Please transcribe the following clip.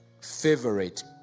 favorite